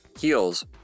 Heels